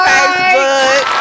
Facebook